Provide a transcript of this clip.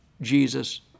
Jesus